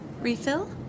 Refill